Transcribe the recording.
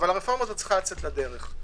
אבל היא צריכה לצאת לדרך.